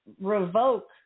revoke